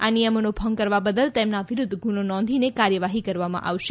આ નિયમોનો ભંગ કરવા બદલ તેમના વિરૂધ્ધ ગુનો નોંધી કાર્યવાફી કરવામાં આવશે